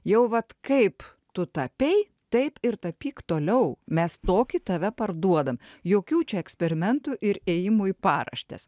jau vat kaip tu tapei taip ir tapyk toliau mes tokį tave parduodam jokių čia eksperimentų ir ėjimų į paraštes